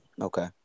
Okay